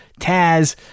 Taz